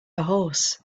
horse